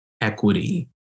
equity